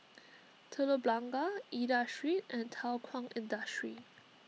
Telok Blangah Aida Street and Thow Kwang Industry